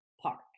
Park